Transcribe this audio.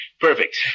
Perfect